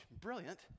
brilliant